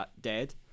dead